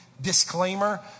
disclaimer